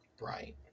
Right